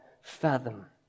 fathom